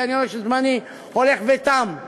כי אני רואה שזמני הולך ותם.